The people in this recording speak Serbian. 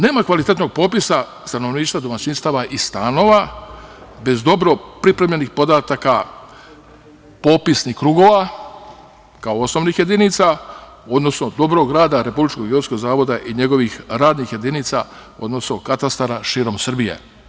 Nema kvalitetnog popisa stanovništva, domaćinstava i stanova, bez dobro pripremljenih podataka popisnih krugova, kao osnovnih jedinica, odnosno dobrog rada Republičkog geodetskog zavoda i njegovih radnih jedinica, odnosno katastara, širom Srbije.